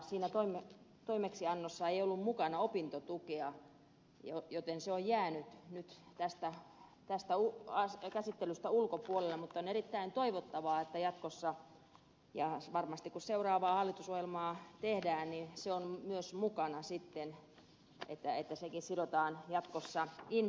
siinä toimeksiannossa ei ollut mukana opintotukea joten se on nyt jäänyt tästä käsittelystä ulkopuolelle mutta on erittäin toivottavaa että jatkossa ja varmasti kun seuraavaa hallitusohjelmaa tehdään se on myös mukana että sekin sidotaan jatkossa indeksiin